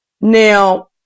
Now